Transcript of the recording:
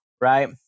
Right